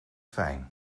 fijn